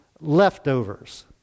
leftovers